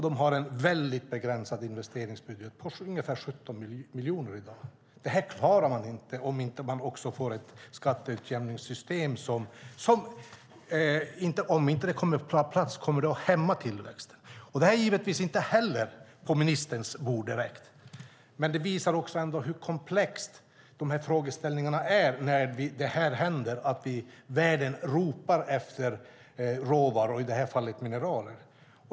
De har en väldigt begränsad investeringsbudget på ungefär 17 miljoner i dag. Det här klarar man inte. Om inte ett skatteutjämningssystem kommer på plats kommer det att hämma tillväxten. Det är givetvis inte heller på ministerns bord direkt, men det visar hur komplexa de här frågeställningarna är när världen ropar efter råvaror, i det här fallet mineraler.